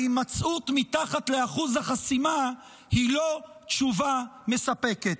ההימצאות מתחת לאחוז החסימה היא לא תשובה מספקת.